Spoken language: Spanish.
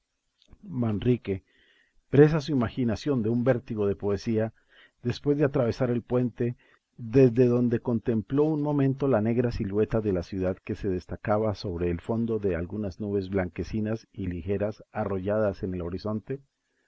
manrique presa su imaginación de un vértigo de poesía después de atravesar el puente desde donde contempló un momento la negra silueta de la ciudad que se destacaba sobre el fondo de algunas nubes blanquecinas y ligeras arrolladas en el horizonte